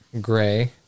Gray